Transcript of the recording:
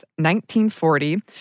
1940